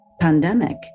pandemic